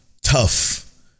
tough